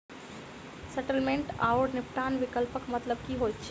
Settlement आओर निपटान विकल्पक मतलब की होइत छैक?